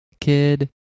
kid